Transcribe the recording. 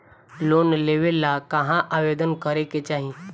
Loan लेवे ला कहाँ आवेदन करे के चाही?